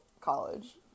college